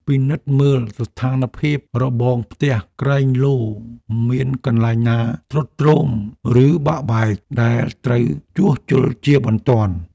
ពិនិត្យមើលស្ថានភាពរបងផ្ទះក្រែងលោមានកន្លែងណាទ្រុឌទ្រោមឬបាក់បែកដែលត្រូវជួសជុលជាបន្ទាន់។